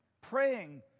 praying